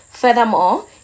Furthermore